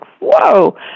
whoa